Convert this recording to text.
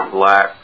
black